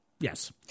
Yes